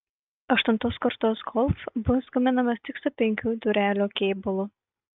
aštuntos kartos golf bus gaminamas tik su penkių durelių kėbulu